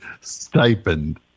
stipend